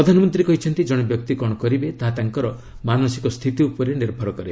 ପ୍ରଧାନମନ୍ତ୍ରୀ କହିଛନ୍ତି ଜଣେ ବ୍ୟକ୍ତି କ'ଣ କରିବେ ତାହା ତାଙ୍କର ମାନସିକ ସ୍ଥିତି ଉପରେ ନିର୍ଭର କରେ